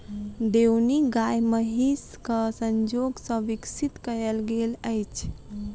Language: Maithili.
देओनी गाय महीसक संजोग सॅ विकसित कयल गेल अछि